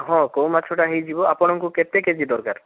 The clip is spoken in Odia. ହଁ କଉ ମାଛଟା ହେଇଯିବ ଆପଣଙ୍କୁ କେତେ କେଜି ଦରକାର